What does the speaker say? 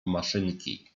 maszynki